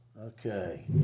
Okay